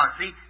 see